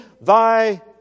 thy